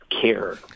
care